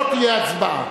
לא תהיה הצבעה.